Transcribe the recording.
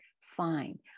Fine